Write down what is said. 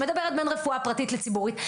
שמדברת בין רפואה פרטית לציבורית.